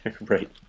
Right